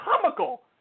comical